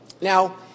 Now